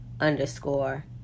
underscore